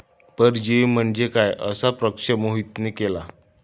परजीवी म्हणजे काय? असा प्रश्न मोहितने केला